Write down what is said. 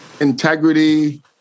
Integrity